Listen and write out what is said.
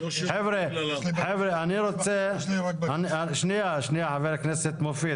חבר'ה, אני רוצה, שנייה חבר הכנסת מופיד.